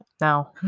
No